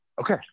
Okay